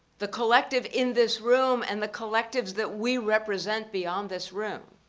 the collective in this room and the collectives that we represent beyond this room,